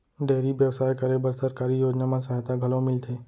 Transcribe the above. dairy बेवसाय करे बर सरकारी योजना म सहायता घलौ मिलथे